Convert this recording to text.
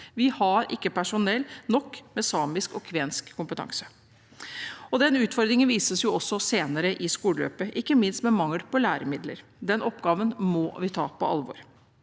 Vi har ikke personell nok med samisk og kvensk kompetanse. Denne utfordringen vises også senere i skoleløpet, ikke minst med mangel på læremidler. Den oppgaven må vi ta på alvor.